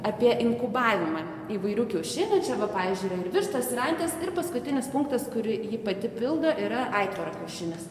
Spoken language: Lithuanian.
apie inkubavimą įvairių kiaušinių čia va pavyzdžiui yra ir vištos ir anties ir paskutinis punktas kurį ji pati pildo yra aitvaro kiaušinis